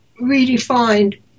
redefined